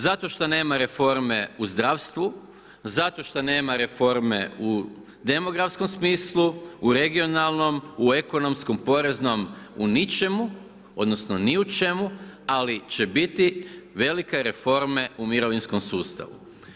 Zato što nema reforme u zdravstvu, zato što nema reforme u demografskom smislu, u regionalnom, u ekonomskom, poreznom, ni u čemu ali će biti velike reforme u mirovinskom sustavu.